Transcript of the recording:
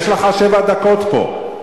יש לך שבע דקות פה.